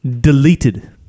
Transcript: deleted